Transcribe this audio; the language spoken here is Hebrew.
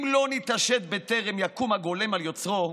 אם לא נתעשת בטרם יקום הגולם על יוצרו,